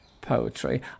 poetry